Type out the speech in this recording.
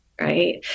right